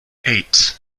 eight